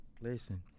Listen